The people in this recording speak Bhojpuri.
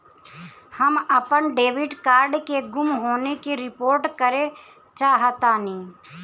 हम अपन डेबिट कार्ड के गुम होने की रिपोर्ट करे चाहतानी